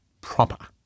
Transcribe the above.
proper